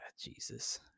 Jesus